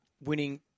winning